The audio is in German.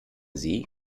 sie